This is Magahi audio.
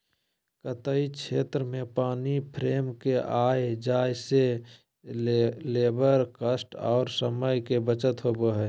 कताई क्षेत्र में पानी फ्रेम के आय जाय से लेबर कॉस्ट आर समय के बचत होबय हय